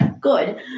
good